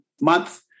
month